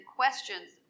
questions